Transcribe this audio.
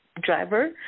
driver